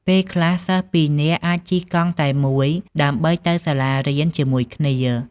ពេលខ្លះសិស្សពីរនាក់អាចជិះកង់តែមួយដើម្បីទៅសាលារៀនជាមួយគ្នា។